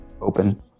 open